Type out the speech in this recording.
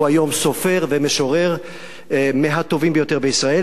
הוא היום סופר ומשורר מהטובים ביותר בישראל,